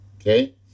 okay